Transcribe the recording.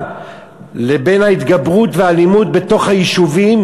לבין התגברות האלימות בתוך היישובים,